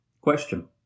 Question